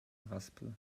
raspel